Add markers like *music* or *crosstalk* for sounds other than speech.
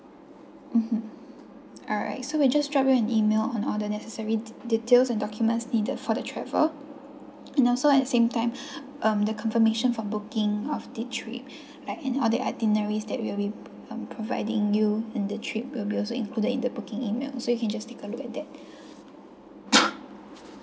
mmhmm alright so we just drop you an email on all the necessary details and documents needed for the travel and also at same time *breath* um the confirmation for booking of the trip *breath* like all the itineraries that we um providing you in the trip will be also included in the booking email so you can just take a look at that *coughs*